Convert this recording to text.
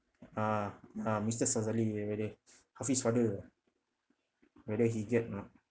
ah ah mister sazali eh hafiz father ah whether he get not